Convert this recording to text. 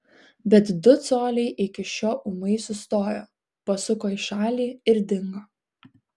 bet du coliai iki šio ūmai sustojo pasuko į šalį ir dingo